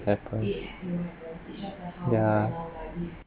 happen yeah